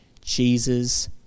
Jesus